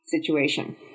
situation